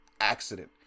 accident